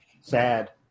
sad